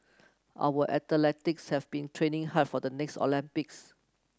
our have been training hard for the next Olympics